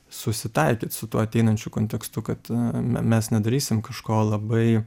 susitaikyt su tuo ateinančiu kontekstu kad me mes nedarysim kažko labai